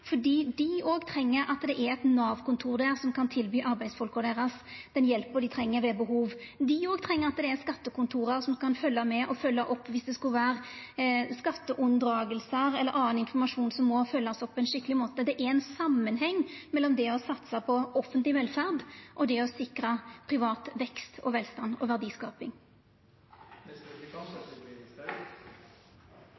og skapa arbeidsplassar, for dei òg treng at det er eit Nav-kontor der som kan tilby arbeidsfolka deira den hjelpa dei treng ved behov. Dei òg treng at det er eit skattekontor som kan følgja med og følgja opp viss det skulle vera skatteunndragingar eller annan informasjon som må følgjast opp på ein skikkeleg måte. Det er ein samanheng mellom det å satsa på offentleg velferd og det å sikra privat vekst og velstand og